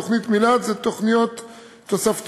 תוכניות מיל"ת הן תוכניות תוספתיות.